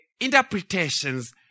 interpretations